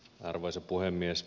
arvoisa puhemies